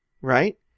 Right